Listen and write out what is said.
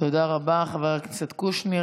תודה רבה, חבר הכנסת קושניר.